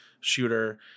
shooter